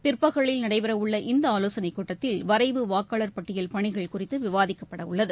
பிற்பகலில் நடைபெறவுள்ள இந்தஆலோசனைக் கூட்டத்தில் வரைவு வாக்காளர் பட்டியல் பணிகள் குறித்துவிவாதிக்கப்படஉள்ளது